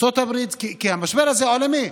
כי המשבר הזה עולמי.